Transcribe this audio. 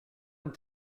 and